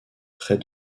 près